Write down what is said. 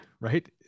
right